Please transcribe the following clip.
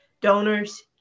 donors